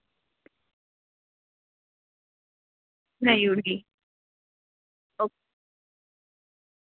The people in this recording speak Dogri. सनाई ओड़गी